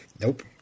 Nope